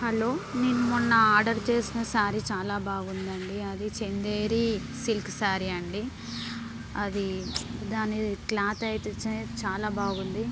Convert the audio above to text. hello నేను మొన్న order చేసిన శారీ చాలా బాగుందండి అది చెందేరి సిల్క్ శారీ అండి అది దాని క్లాత్ అయితే చాలా బాగుంది